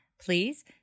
Please